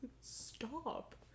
Stop